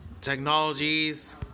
technologies